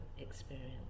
experience